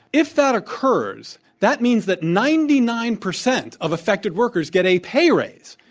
if that occurs, that means that ninety nine percent of affected workers get a pay raise.